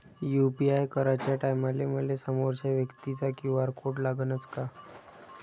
UPI कराच्या टायमाले मले समोरच्या व्यक्तीचा क्यू.आर कोड लागनच का?